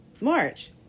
March